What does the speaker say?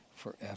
forever